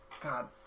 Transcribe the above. God